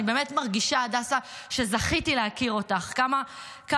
אני באמת מרגישה שזכיתי להכיר אותך, הדסה.